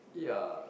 ya